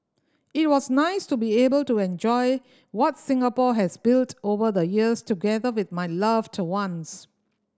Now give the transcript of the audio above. it was nice to be able to enjoy what Singapore has built over the years together with my loved ones